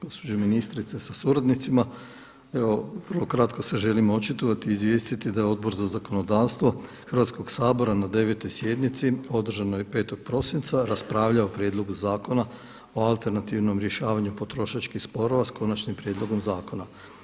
Gospođo ministrice sa suradnicima evo vrlo kratko se želim očitovati i izvijestiti da Odbor za zakonodavstvo Hrvatskog sabora na 9. sjednici održanoj 5. prosinca raspravljalo o prijedlogu Zakona o alternativnom rješavanju potrošačkih sporova sa konačnim prijedlogom zakona.